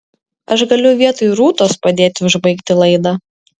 aš galiu vietoj rūtos padėti užbaigti laidą